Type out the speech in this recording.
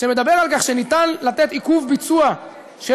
שמדבר על כך שניתן לתת עיכוב ביצוע של